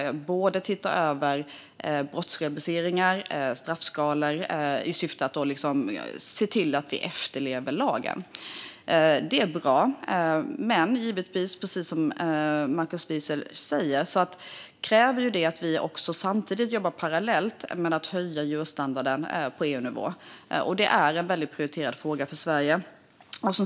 Det handlar om att se över brottsrubriceringar och straffskalor i syfte att liksom se till att lagen efterlevs. Det är bra, men precis som Markus Wiechel säger krävs det att vi parallellt jobbar med att höja djurstandarden på EU-nivå. Det är en väldigt prioriterad fråga för Sverige.